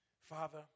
Father